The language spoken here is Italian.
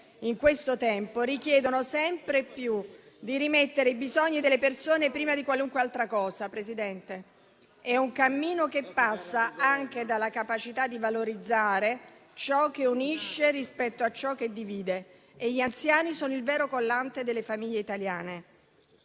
in questo tempo richiedono sempre più di rimettere i bisogni delle persone prima di qualunque altra cosa. È un cammino che passa anche dalla capacità di valorizzare ciò che unisce rispetto a ciò che divide e gli anziani sono il vero collante delle famiglie italiane.